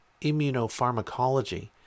immunopharmacology